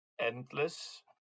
endless